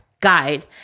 Guide